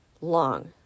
long